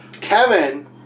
Kevin